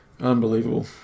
unbelievable